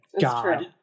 God